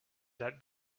that